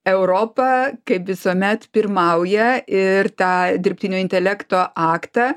europa kaip visuomet pirmauja ir tą dirbtinio intelekto aktą